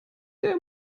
der